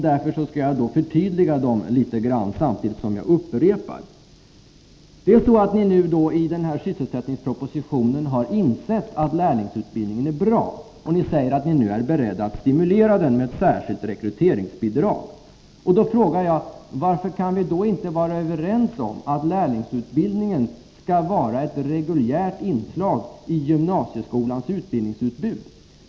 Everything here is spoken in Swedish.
Därför skall jag förtydliga frågorna litet grarid, samtidigt som jag upprepar dem, I den här sysselsättningspropositionen har ni insett att lärlingsutbildningen är bra, och ni säger att ni nu är beredda att stimulera den genom ett särskilt rekryteringsbidrag. Men då frågar jag: Varför kan vi då inte vara överens om att lärlingsutbildningen skall vara ett reguljärt inslag i gymnasieskolans utbildningsutbud.